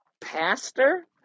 pastor